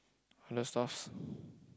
other stuffs